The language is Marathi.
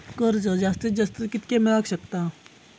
कर्ज जास्तीत जास्त कितक्या मेळाक शकता?